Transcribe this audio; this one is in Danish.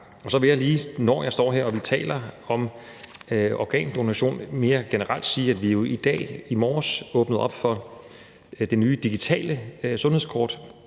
når jeg står her og vi taler om organdonation, mere generelt sige, at vi jo i dag, i morges, åbnede op for det nye digitale sundhedskort